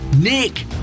Nick